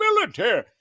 military